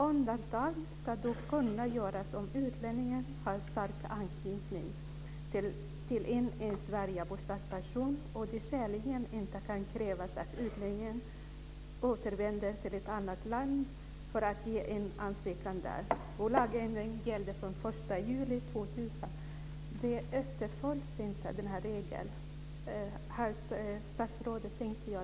Undantag ska dock kunna göras om utlänningen har stark anknytning till en i Sverige bosatt person och det skäligen inte kan krävas att utlänningen återvänder till ett annat land för att ge in ansökan där."